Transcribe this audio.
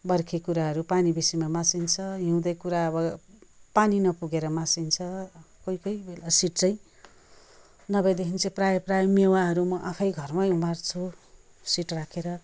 बर्खे कुराहरू पानी बेसीमा मासिन्छ हिउँदे कुरा अब पानी नपुगेर मासिन्छ कोही कोही बेला सिड चाहिँ नभएदेखि चाहिँ प्रायः प्रायः मेवाहरू म आफै घरमै उमार्छु सिड राखेर